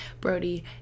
Brody